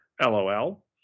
LOL